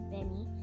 Benny